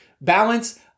Balance